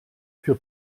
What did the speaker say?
für